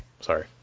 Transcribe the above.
Sorry